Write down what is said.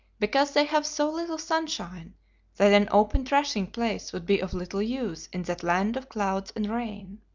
because they have so little sunshine that an open thrashing-place would be of little use in that land of clouds and rain.